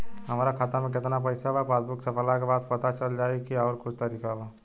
हमरा खाता में केतना पइसा बा पासबुक छपला के बाद पता चल जाई कि आउर कुछ तरिका बा?